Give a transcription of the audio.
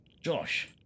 Josh